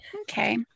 Okay